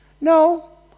No